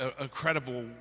incredible